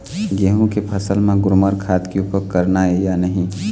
गेहूं के फसल म ग्रोमर खाद के उपयोग करना ये या नहीं?